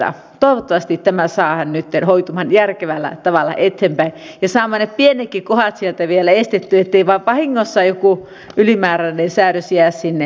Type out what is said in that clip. toivottavasti tämä saadaan nytten hoitumaan järkevällä tavalla eteenpäin ja saamme ne pienetkin kohdat sieltä vielä estettyä ettei vain vahingossa joku ylimääräinen säädös jää sinne sisälle